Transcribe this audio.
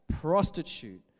prostitute